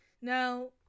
Now